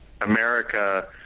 America